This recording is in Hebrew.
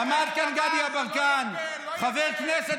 עמד כאן גדי יברקן, היושב-ראש